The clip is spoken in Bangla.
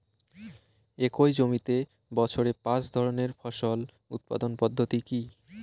একই জমিতে বছরে পাঁচ ধরনের ফসল উৎপাদন পদ্ধতি কী?